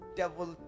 devil